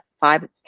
five